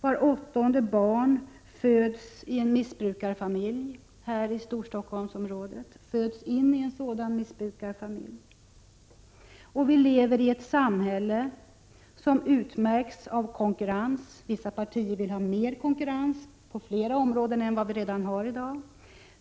Vart åttonde barn föds in i en missbrukarfamilj här i Storstockholmsområdet. Och vi lever i ett samhälle som utmärks av konkurrens. Vissa partier vill har mer konkurrens på fler områden än vad vi har i dag.